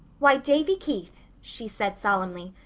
why, davy keith, she said solemnly,